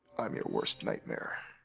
i'm your worst nightmare.